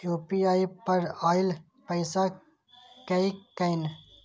UPI पर आएल पैसा कै कैन?